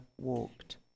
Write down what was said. walked